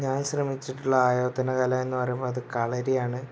ഞാൻ ശ്രമിച്ചിട്ടുള്ള ആയോധനകല എന്ന് പറയുമ്പോൾ അത് കളരിയാണ്